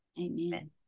amen